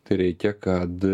tai reikia kad